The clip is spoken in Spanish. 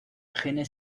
gene